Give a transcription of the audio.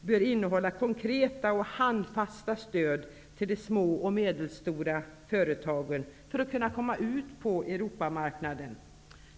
bör innehålla konkreta och handfasta stöd till de små och medelstora företagen för att de skall kunna komma ut på Europamarknaden.